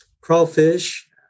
crawfish